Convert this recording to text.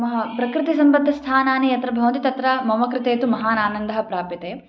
मह्यं प्रकृतिसम्बद्धस्थानानि यत्र भवन्ति तत्र मम कृते तु महान् आनन्दः प्राप्यते